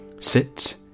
Sit